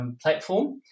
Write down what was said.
platform